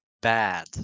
bad